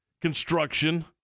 construction